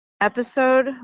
episode